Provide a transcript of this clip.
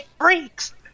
freaks